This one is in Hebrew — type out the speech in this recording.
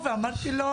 אמרתי לו